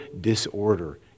disorder